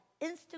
Instagram